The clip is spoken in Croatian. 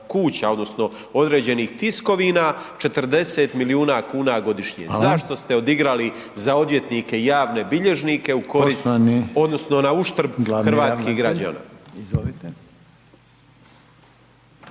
odnosno određenih tiskovina 40 milijuna kuna godišnje. Zašto ste odigrali za odvjetnike i javne bilježnike na uštrb hrvatskih građana?